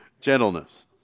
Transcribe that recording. Gentleness